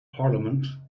parliament